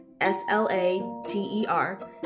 S-L-A-T-E-R